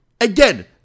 Again